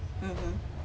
mmhmm